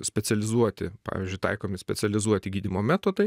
specializuoti pavyzdžiui taikomi specializuoti gydymo metodai